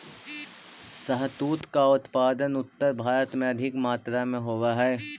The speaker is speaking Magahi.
शहतूत का उत्पादन उत्तर भारत में अधिक मात्रा में होवअ हई